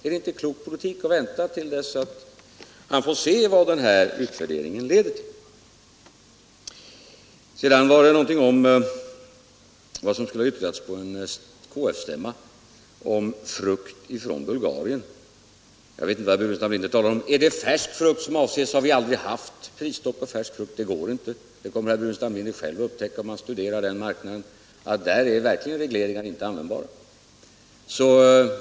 Är det inte klok politik att vänta till dess att han får se vad utvärderingen leder till? Sedan var det någonting om vad som skulle ha yttrats på en KF-stämma om frukt från Bulgarien. Jag vet inte vad herr Burenstam Linder talar om. Är det om färsk frukt, så kan jag nämna att vi aldrig har haft prisstopp på sådan, för det går inte. Herr Burenstam Linder kommer själv att upptäcka, om han studerar den marknaden, att regleringar verkligen inte är användbara där.